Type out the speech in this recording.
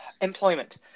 employment